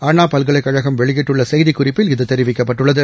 அண்ணா பல்கலைக்கழகம் வெளியிட்டுள்ள செய்திக்குறிப்பில் இது தெரிவிக்கப்பட்டுள்ளது